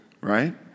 right